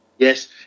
Yes